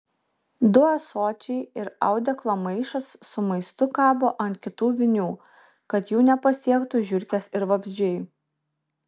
du ąsočiai ir audeklo maišas su maistu kabo ant kitų vinių kad jų nepasiektų žiurkės ir vabzdžiai